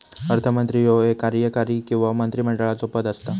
अर्थमंत्री ह्यो एक कार्यकारी किंवा मंत्रिमंडळाचो पद असता